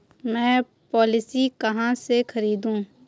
मैं पॉलिसी कहाँ से खरीदूं?